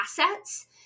assets